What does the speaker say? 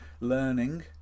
learning